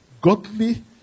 godly